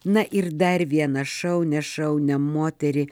na ir dar vieną šaunią šaunią moterį